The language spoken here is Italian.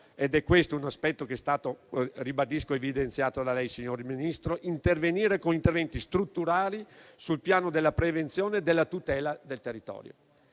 ed è questo un aspetto che è stato evidenziato da lei, signor Ministro, intervenire con interventi strutturali sul piano della prevenzione e della tutela del territorio.